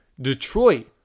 Detroit